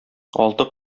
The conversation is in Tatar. алты